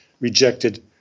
rejected